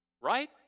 Right